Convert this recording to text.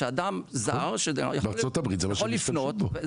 שאדם זר שיכול לפנות --- כן.